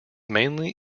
mainly